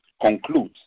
concludes